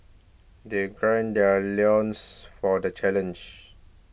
they gird their loins for the challenge